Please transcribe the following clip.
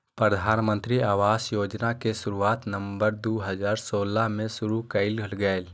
प्रधानमंत्री आवास योजना के शुरुआत नवम्बर दू हजार सोलह में शुरु कइल गेलय